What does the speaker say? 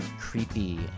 creepy